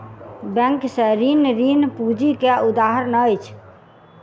bank से ऋण, ऋण पूंजी के उदाहरण अछि